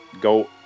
go